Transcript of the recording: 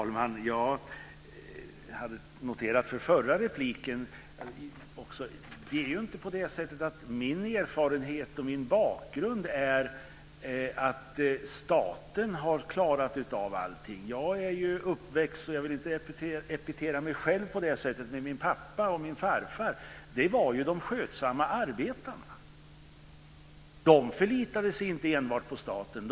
Herr talman! Inför den förra repliken hade jag noterat att min erfarenhet och min bakgrund inte är att staten har klarat av allting. Jag vill inte epitera mig själv på det sättet, men min pappa och min farfar var skötsamma arbetare. De förlitade sig inte enbart på staten.